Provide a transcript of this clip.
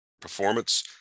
performance